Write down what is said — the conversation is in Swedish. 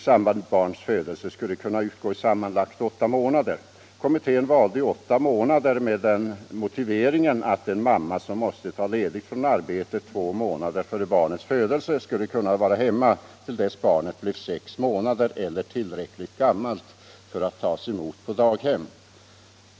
samband med barns födelse skulle kunna utgå i sammanlagt åtta månader. Kommittén valde åtta månader med den motiveringen att en mamma som måste ta ledigt från arbetet två månader före barnets födelse skulle kunna vara hemma till dess barnet blev sex månader eller tillräckligt gammalt för att tas emot på daghem.